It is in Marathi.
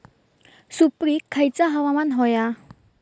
सुपरिक खयचा हवामान होया?